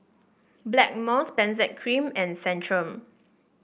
Blackmores Benzac Cream and Centrum